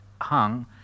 hung